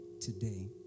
today